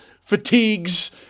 fatigues